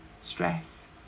stress